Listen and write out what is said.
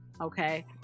okay